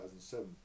2007